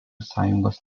sąjungos